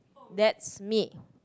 that's me